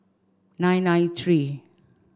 nine nine three